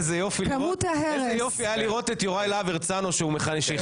איזה יופי היה לראות את יוראי להב הרצנו שאומר שהוא מכיל את ווליד.